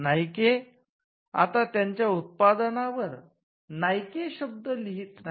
नाईके आता त्यांच्या उत्पादनावर नाईके शब्द लिहित नाही